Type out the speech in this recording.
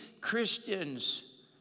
Christians